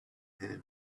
hand